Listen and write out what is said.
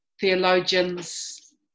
theologians